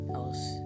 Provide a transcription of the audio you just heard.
else